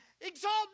exalt